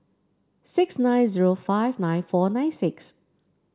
six nine zero five nine four nine six